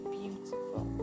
beautiful